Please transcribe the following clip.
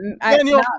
Daniel